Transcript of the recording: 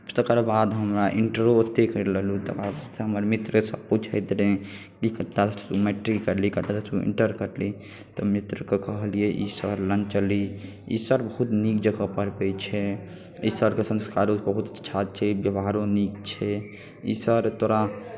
तकर बाद हमरा इन्टरो ओतहि करि लेलहुँ तऽ आब हमर मित्रोसभ पूछैत रहै ई कतयसँ तू मैट्रिक करलही कतयसँ इन्टर करलही तऽ मित्रकेँ कहलियै ई सर लग चलही ई सर बहुत नीक पढ़बै छै ई सरके संस्कारो बहुत अच्छा छै व्यवहारो नीक छै ई सर तोरा